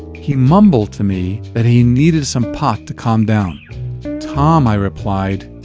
he mumbled to me that he needed some pot to calm down tom, i replied,